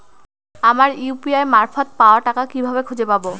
আমার ইউ.পি.আই মারফত পাওয়া টাকা কিভাবে খুঁজে পাব?